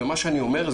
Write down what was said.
במה שאני אומר,